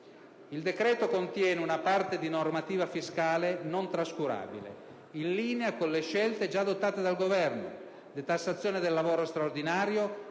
Il decreto contiene una parte di normativa fiscale non trascurabile, in linea con le scelte già adottate dal Governo: detassazione del lavoro straordinario,